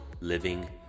living